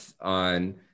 on